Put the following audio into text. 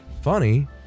Funny